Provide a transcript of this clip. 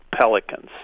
pelicans